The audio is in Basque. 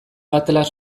atlas